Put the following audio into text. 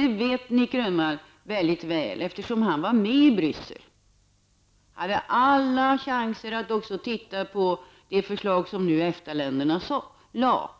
Det vet Nic Grönvall mycket väl, eftersom han var med i Bryssel. Han hade alla chanser att se på det förslag som EFTA-länderna lade